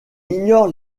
ignore